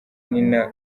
nina